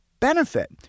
Benefit